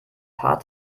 paar